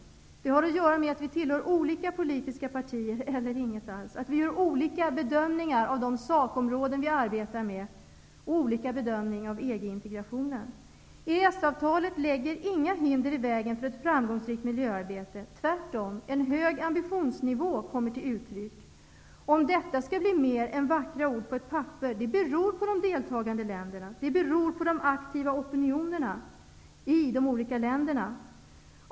Det har att göra med att vi tillhör olika politiska partier -- eller inget parti alls -- och att vi gör olika bedömningar av de sakområden som vi arbetar med och olika bedömningar av EG-integrationen. EES-avtalet lägger inga hinder i vägen för ett framgångsrikt miljöarbete. Tvärtom kommer en hög ambitionsnivå till uttryck. Om detta skall bli mer än vackra ord på ett papper beror på de deltagande länderna och på den aktiva opinionen i de olika länderna.